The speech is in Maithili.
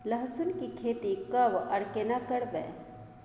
लहसुन की खेती कब आर केना करबै?